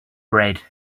bread